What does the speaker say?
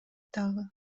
дагы